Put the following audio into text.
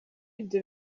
ibyo